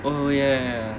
oh ya ya